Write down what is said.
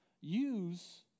use